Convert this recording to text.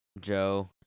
Joe